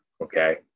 okay